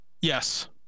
Yes